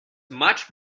much